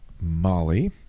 Molly